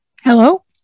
Hello